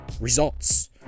results